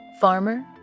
farmer